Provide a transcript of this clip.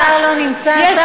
השר לא נמצא, השר תכף ייכנס.